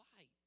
light